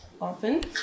often